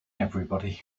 everybody